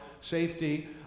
safety